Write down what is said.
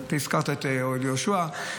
הזכרת את אוהל יהושע,